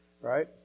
Right